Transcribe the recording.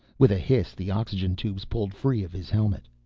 with a hiss, the oxygen tubes pulled free of his helmet.